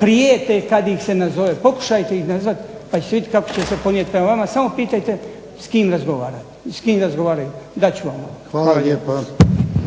prijete kada ih se nazove. Pokušajte ih nazvati pa ćete vidjeti kako će se ponijeti prema vama, samo pitajte s kim razgovaraju, dat ću ... **Jarnjak,